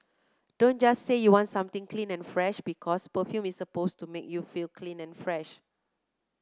don't just say you want something clean and fresh because perfume is supposed to make you feel clean and fresh